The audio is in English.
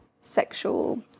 sexual